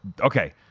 Okay